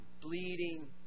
bleeding